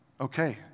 okay